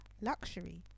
luxury